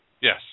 Yes